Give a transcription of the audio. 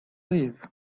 live